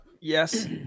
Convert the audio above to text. yes